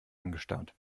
angestarrt